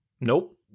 Nope